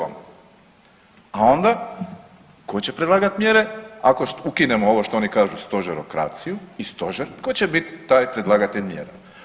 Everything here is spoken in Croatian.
A onda ko će predlagat mjere ako ukinemo ovo što oni kažu stožerokraciju i stožer tko će bit taj predlagatelj mjera?